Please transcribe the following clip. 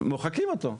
מוחקים אותו.